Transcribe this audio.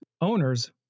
Owners